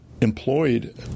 employed